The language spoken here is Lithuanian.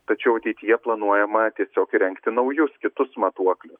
tačiau ateityje planuojama tiesiog įrengti naujus kitus matuoklius